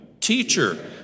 Teacher